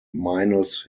minus